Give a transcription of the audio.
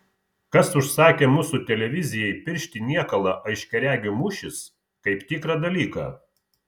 kas užsakė mūsų televizijai piršti niekalą aiškiaregių mūšis kaip tikrą dalyką